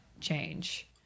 Change